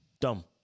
Dumb